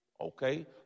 Okay